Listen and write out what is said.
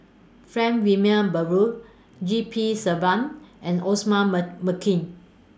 Frank Wilmin Brewer G P Selvam and Osman Merican